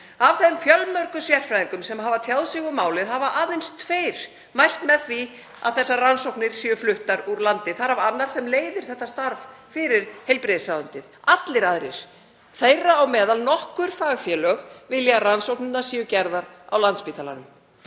af þeim fjölmörgu sérfræðingum sem hafa tjáð sig um málið hafa aðeins tveir mælt með því að þessar rannsóknir séu fluttar úr landi, þar af annar sem leiðir þetta starf fyrir heilbrigðisráðuneytið. Allir aðrir, þeirra á meðal nokkur fagfélög, vilja að rannsóknirnar séu gerðar á Landspítalanum.